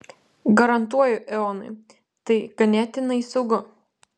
garantuoju eonai tai ganėtinai saugu